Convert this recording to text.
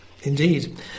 Indeed